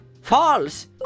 false